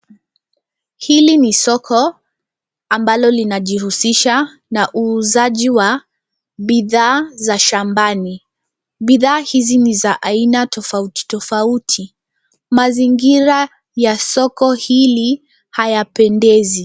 Hili ni soko ambalo linajihusisha na uuzaji wa bidhaa za shambani. Bidhaa hizi ni za aina tofauti tofauti. Mazingira ya soko hili hayapendezi.